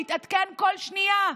להתעדכן כל שנייה.